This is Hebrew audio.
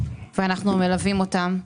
ואנחנו מלווים אותם,